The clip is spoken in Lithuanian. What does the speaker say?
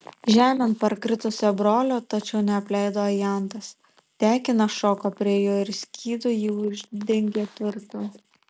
žemėn parkritusio brolio tačiau neapleido ajantas tekinas šoko prie jo ir skydu jį uždengė tvirtu